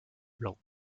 blanc